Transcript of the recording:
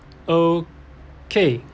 okay